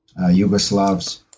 Yugoslavs